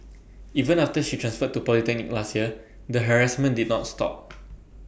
even after she transferred to polytechnic last year the harassment did not stop